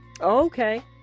Okay